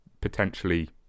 potentially